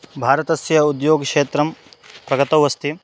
भारतस्य उद्योगक्षेत्रं प्रगतौ अस्ति